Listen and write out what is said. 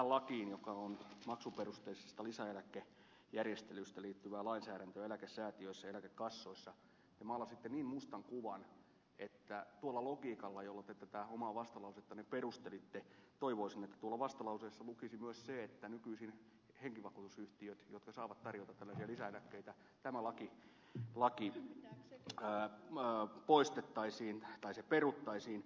tästä laista maksuperusteisista lisäeläkejärjestelyistä eläkesäätiöissä ja eläkekassoissa te maalasitte niin mustan kuvan että tuolla logiikalla jolla te tätä omaa vastalausettanne perustelitte toivoisin että tuossa vastalauseessa lukisi myös se että kun nykyisin henkivakuutusyhtiöt saavat tarjota tällaisia lisäeläkkeitä tämä laki poistettaisiin tai se peruttaisiin